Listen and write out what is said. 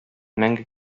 мәңге